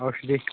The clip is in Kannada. ಔಷಧಿ